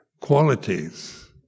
qualities